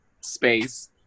space